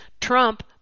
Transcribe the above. Trump